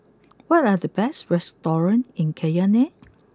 what are the best restaurants in Cayenne